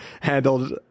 handled